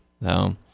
no